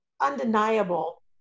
undeniable